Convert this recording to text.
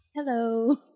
Hello